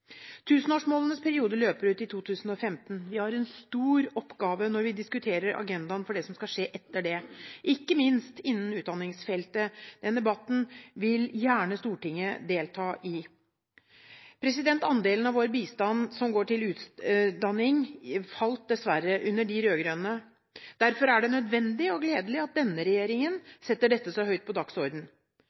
Tusenårsmålenes periode løper ut i 2015. Vi har en stor oppgave når vi diskuterer agendaen for det som skal skje etter dette, ikke minst innenfor utdanningsfeltet. Den debatten vil Stortinget gjerne delta i. Andelen av vår bistand som går til utdanning, falt dessverre under de rød-grønne. Derfor er det nødvendig og gledelig at denne regjeringen setter dette så høyt på